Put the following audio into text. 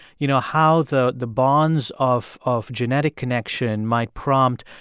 you know, how the the bonds of of genetic connection might prompt,